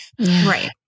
Right